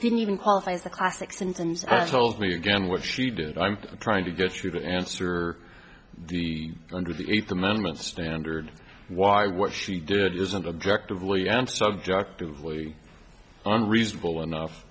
didn't even qualify as the classic symptoms and told me again what she did i'm trying to get you to answer the under the eighth amendment standard why what she did isn't objectively and subjectively unreasonable enough